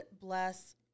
bless